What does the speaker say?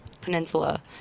Peninsula